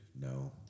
No